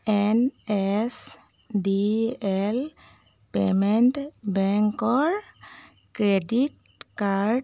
N S D L payment বেংকৰ credit card